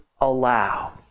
allow